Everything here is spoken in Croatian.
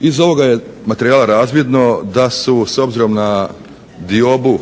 Iz ovog materijala je razvidno da su s obzirom na diobu